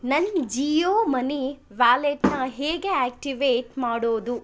ನನ್ನ ಜಿಯೋ ಮನಿ ವ್ಯಾಲೆಟನ್ನ ಹೇಗೆ ಆಕ್ಟಿವೇಟ್ ಮಾಡೋದು